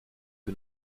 que